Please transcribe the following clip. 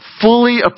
fully